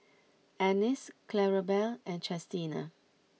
Annice Clarabelle and Chestina